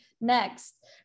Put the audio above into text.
next